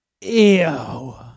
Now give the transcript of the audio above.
Ew